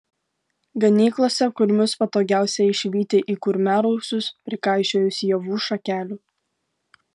ganyklose kurmius patogiausia išvyti į kurmiarausius prikaišiojus ievų šakelių